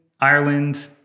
Ireland